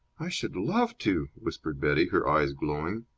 i should love to! whispered betty, her eyes glowing.